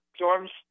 storms